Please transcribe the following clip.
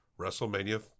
WrestleMania